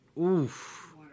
Oof